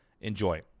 Enjoy